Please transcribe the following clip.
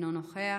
אינו נוכח.